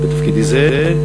בתפקידי זה,